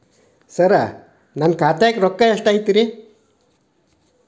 ಸರ ನನ್ನ ಖಾತ್ಯಾಗ ರೊಕ್ಕ ಎಷ್ಟು ಐತಿರಿ?